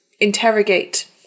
interrogate